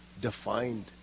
defined